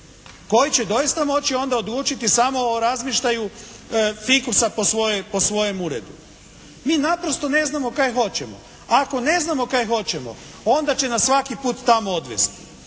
koji će doista moći onda odlučiti samo o razmještaju fikusa po svojem uredu. Mi naprosto ne znamo kaj hoćemo. Ako ne znamo kaj hoćemo, onda će nas svaki put tamo odvesti.